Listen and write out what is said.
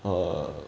err